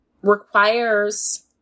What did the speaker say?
requires